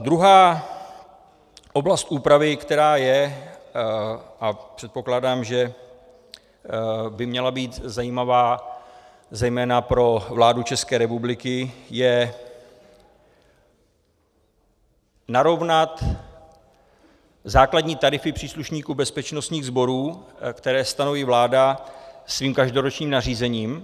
Druhá oblast úpravy, která je, a předpokládám, že by měla být zajímavá zejména pro vládu České republiky, je narovnat základní tarify příslušníků bezpečnostních sborů, které stanoví vláda svým každoročním nařízením.